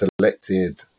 selected